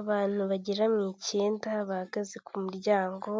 Abantu bagera mu icyenda bahagaze ku muryango,